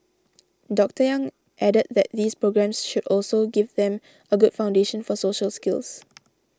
Doctor Yang added that these programmes should also give them a good foundation for social skills